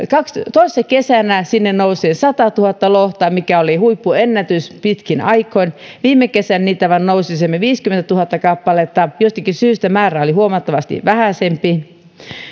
toissa kesänä sinne nousi satatuhatta lohta mikä oli huippuennätys pitkiin aikoihin viime kesänä niitä nousi vain semmoinen viisikymmentätuhatta kappaletta jostakin syystä määrä oli huomattavasti vähäisempi